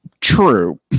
True